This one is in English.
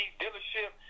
dealership